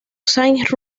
sainz